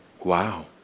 wow